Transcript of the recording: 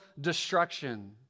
destruction